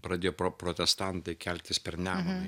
pradėjo pro protestantai keltis per nemuną